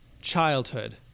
childhood